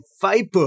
viper